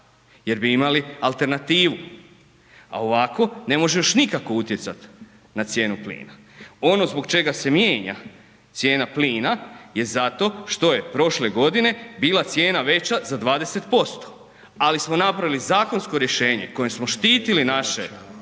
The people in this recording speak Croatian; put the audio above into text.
jer bi imali alternativu, a ovako ne možeš nikako utjecat na cijenu plina. Ono zbog čega se mijenja cijena plina je zato što je prošle godine bila cijena veća za 20%, ali smo napravili zakonsko rješenje kojim smo štitili naše